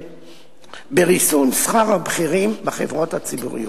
בריסון שכר הבכירים בחברות הציבוריות.